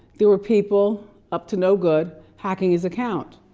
there are people up to no good hacking his account,